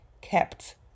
kept